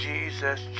Jesus